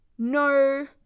no